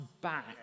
back